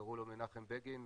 קראו לו מנחם בגין,